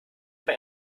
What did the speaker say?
aber